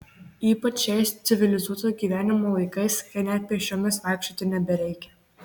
ypač šiais civilizuoto gyvenimo laikais kai net pėsčiomis vaikščioti nebereikia